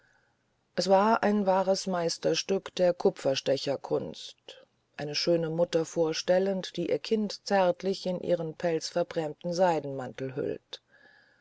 es war ein wahres meisterstück der kupferstecherkunst eine junge schöne mutter vorstellend die ihr kind zärtlich in ihren pelzverbrämten seidenmantel hüllt